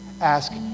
ask